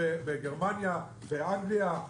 בגרמניה, באנגליה.